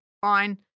fine